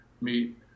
meet